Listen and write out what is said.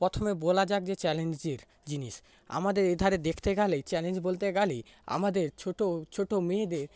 প্রথমে বলা যাক যে চ্যালেঞ্জের জিনিস আমাদের এধারে দেখতে গেলে চ্যালেঞ্জ বলতে গেলে আমাদের ছোট ছোট মেয়েদের